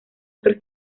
otro